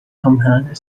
compact